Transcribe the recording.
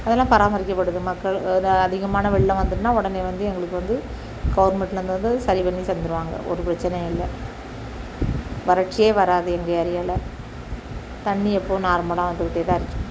அதலாம் பராமரிக்கப்படுது மக்கள் அது அதிகமான வெள்ளம் வந்துட்டுனா உடனே வந்து எங்களுக்கு வந்து கவுர்மெண்ட்லேருந்து வந்து சரிப்பண்ணி தந்துவிடுவாங்க ஒரு பிரச்சனையும் இல்லை வறட்சியே வராது எங்கள் ஏரியாவில் தண்ணி எப்போவும் நார்மலாக வந்துக்கிட்டே தான் இருக்கும்